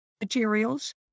materials